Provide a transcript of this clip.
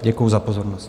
Děkuji za pozornost.